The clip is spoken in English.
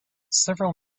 several